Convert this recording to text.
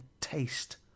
taste